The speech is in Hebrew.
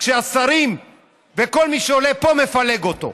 כשהשרים וכל מי שעולה פה מפלג אותו?